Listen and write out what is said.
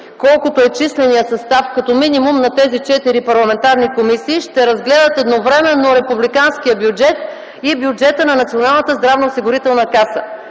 колкото е численият състав като минимум на тези четири парламентарни комисии, ще разгледат едновременно Републиканския бюджет и бюджета на Националната здравноосигурителна каса.